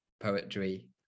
poetry